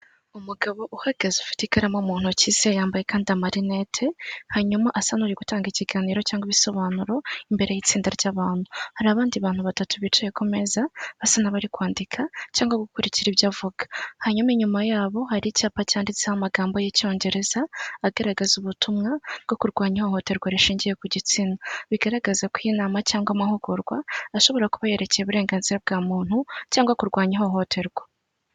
Umugabo uhagaze ufite ikaramu mu ntoki ze, yambaye kandi amarinete, hanyuma asa nuri gutanga ikiganiro cyangwa ibisobanuro imbere y'itsindaa ry'abantu. Hari abandi bantu batatu bicaye ku meza basa nabari kwandika cyangwa gukurikira ibyo avuga, hanyuma inyuma yabo hari icyapa cyanditseho amagambo y'icyongereza agaragaza ubutumwa bwo kurwanya ihohoterwa rishingiye ku gitsina, bigaragaza ko iyi nama cyangwa amahugurwa ashobora kuba yarekeye uburenganzira bwa muntu cyangwa kurwanya ihohoterwa.